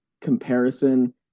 comparison